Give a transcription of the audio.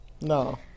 No